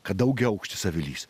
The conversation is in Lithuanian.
kad daugiaaukštis avilys